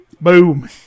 Boom